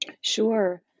Sure